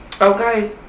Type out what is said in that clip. Okay